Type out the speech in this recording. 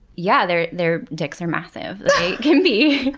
yeah their their dicks are massive. they can be.